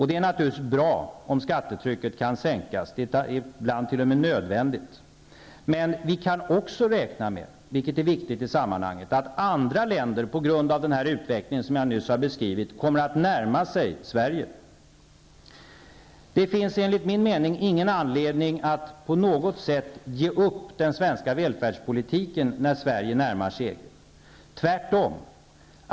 Det är naturligtvis bra om skattetrycket kan sänkas -- det är ibland t.o.m. nödvändigt -- men vi kan också räkna med att andra länder, på grund av den utveckling som jag nyss har beskrivit, kommer att närma sig Sverige, vilket är viktigt i sammanhanget. Det finns enligt min mening ingen anledning att på något sätt att ge upp den svenska välfärdspolitiken när Sverige närmar sig EG -- tvärtom.